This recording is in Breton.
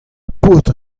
paotr